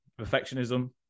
perfectionism